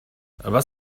was